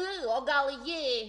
o gal ji